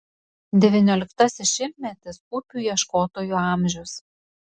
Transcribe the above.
devynioliktasis šimtmetis upių ieškotojų amžius